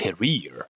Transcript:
Career